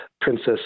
princess